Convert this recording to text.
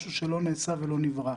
משהו שלא נעשה ולא נברא.